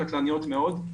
קטלניות מאוד.